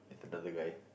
with another guy